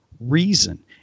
reason